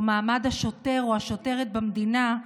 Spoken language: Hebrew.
או מעמד השוטר או השוטרת במדינה,